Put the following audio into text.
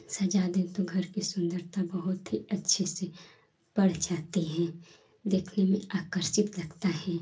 सजा दें तो घर की सुन्दरता बहुत ही अच्छी से बढ़ जाते हैं देखने में आकर्षित लगता है